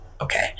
okay